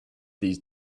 these